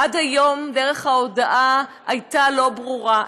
עד היום דרך ההודעה הייתה לא ברורה.